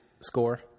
score